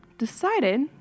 decided